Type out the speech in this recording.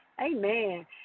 amen